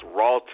raw